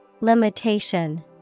Limitation